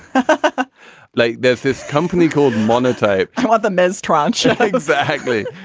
but like there's this company called monetize ah the mezz tranche exactly.